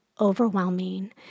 overwhelming